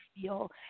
feel